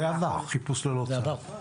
החיפוש ללא צו עבר.